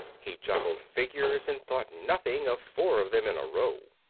he juggled figures, and thought nothing of four of them in a row.